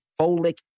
folic